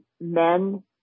men